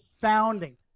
founding